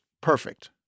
perfect